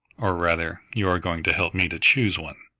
or rather you are going to help me to choose one,